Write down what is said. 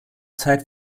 zeit